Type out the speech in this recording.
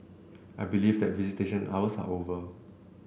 I believe that visitation hours are over